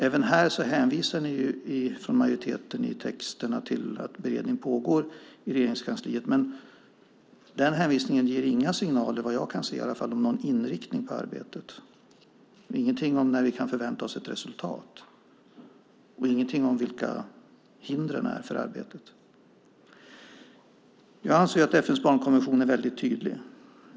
Även här hänvisar ni från majoriteten i texterna till att beredning pågår i Regeringskansliet. Den hänvisningen ger inga signaler vad jag kan se om någon inriktning på arbetet. Det finns ingenting om när vi kan förvänta oss ett resultat och ingenting om vilka hindren är för arbetet. Jag anser att FN:s barnkonvention är tydlig.